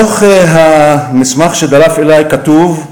במסמך שדלף אלי כתוב: